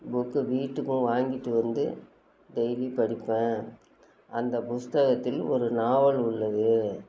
book வீட்டுக்கும் வாங்கிட்டு வந்து டெய்லி படிப்பேன் அந்த புஸ்தகத்தில் ஒரு நாவல் உள்ளது